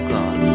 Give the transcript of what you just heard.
God